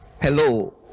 hello